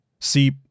See